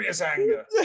anger